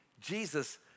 Jesus